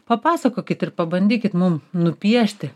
papasakokit ir pabandykit mum nupiešti